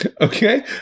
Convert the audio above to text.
okay